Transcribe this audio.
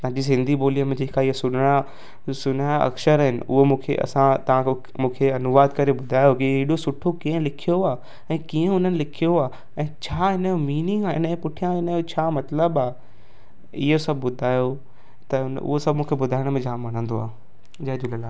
पंहिंजी सिंधी ॿोलीअ में जेकी सुन्हरा सुन्हरा अक्षर आहिनि उहे मूंखे असां तव्हां मूंखे अनुवाद करे ॿुधायो की हेॾो सुठो कंहिं लिखियो आहे ऐं कीअं उन्हनि लिखियो आहे ऐं छा हिन जो मीनिंग आहे हिन जो पुठियां हिन जो छा मतिलबु आहे इहो सभु ॿुधायो त उहो सभु मूंखे ॿुधाइणु जामु वणंदो आहे जय झूलेलाल